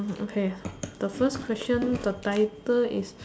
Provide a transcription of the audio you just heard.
mm okay the first question the title is